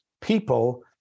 people